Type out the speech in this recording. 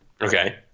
Okay